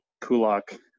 Kulak